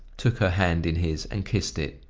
took her hand in his and kissed it.